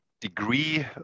degree